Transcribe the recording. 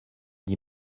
dit